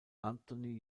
anthony